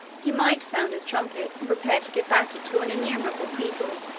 he might sound his trumpets, and prepare to give battle to an innumerable people,